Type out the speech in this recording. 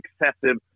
excessive